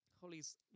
Holly's